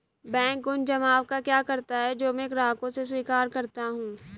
Bank उन जमाव का क्या करता है जो मैं ग्राहकों से स्वीकार करता हूँ?